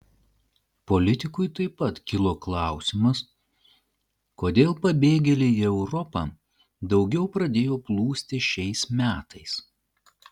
politikui taip pat kilo klausimas kodėl pabėgėliai į europą daugiau pradėjo plūsti šiais metais